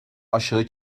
aşağı